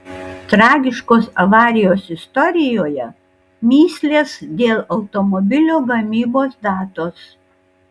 tragiškos avarijos istorijoje mįslės dėl automobilio gamybos datos